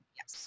Yes